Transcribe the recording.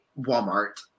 Walmart